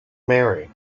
mary